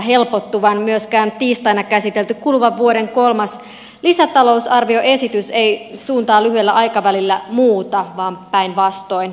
myöskään tiistaina käsitelty kuluvan vuoden kolmas lisätalousarvioesitys ei suuntaa lyhyellä aikavälillä muuta vaan päinvastoin